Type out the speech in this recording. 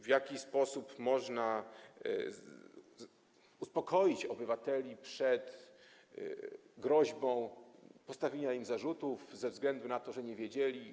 W jaki sposób można uspokoić obywateli wobec groźby postawienia im zarzutów ze względu na to, że nie wiedzieli?